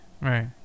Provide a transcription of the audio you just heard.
Right